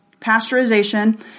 pasteurization